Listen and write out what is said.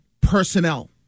personnel